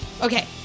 Okay